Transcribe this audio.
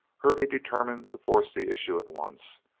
hervey determined to force the issue at once,